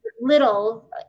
little